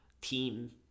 team